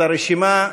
את הרשימה,